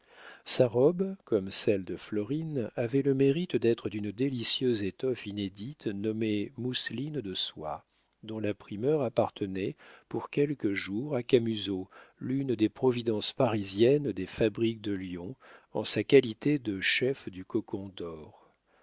sa robe comme celle de florine avait le mérite d'être d'une délicieuse étoffe inédite nommée mousseline de soie dont la primeur appartenait pour quelques jours à camusot l'une des providences parisiennes des fabriques de lyon en sa qualité de chef du cocon dor